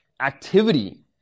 activity